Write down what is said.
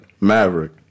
Maverick